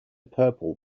purple